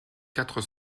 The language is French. quatre